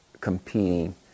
competing